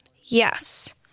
Yes